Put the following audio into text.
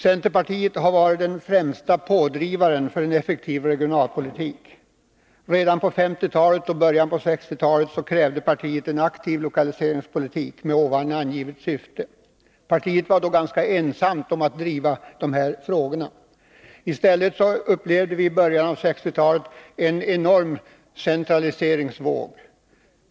Centerpartiet har varit den främsta pådrivaren för en effektiv regionalpolitik. Redan på 1950-talet och i början på 1960-talet krävde partiet en aktiv lokaliseringspolitik med det syfte som jag nyss angav. Partiet var då ganska ensamt om att driva de här frågorna. I stället upplevde vi i början av 1960-talet en enorm centraliseringsvåg.